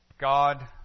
God